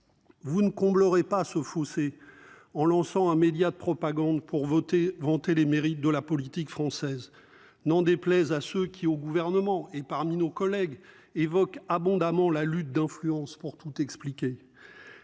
Vous ne comblerait pas ce fossé en lançant un média de propagande pour voter vanter les mérites de la politique française. N'en déplaise à ceux qui, au gouvernement et parmi nos collègues évoquent abondamment la lutte d'influence pour tout expliquer.